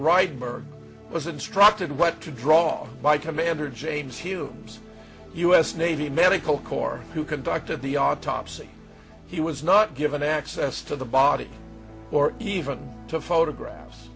wright bird was instructed what to draw by commander james humes u s navy medical corps who conducted the autopsy he was not given access to the body or even to photograph